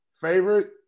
favorite